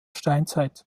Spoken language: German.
steinzeit